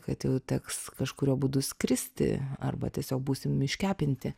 kad jau teks kažkuriuo būdu skristi arba tiesiog būsim iškepinti